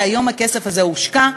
היום הכסף הזה הושקע,